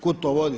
Kud to vodi?